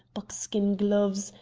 buckskin gloves,